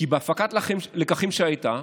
כי בהפקת הלקחים שהייתה,